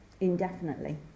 indefinitely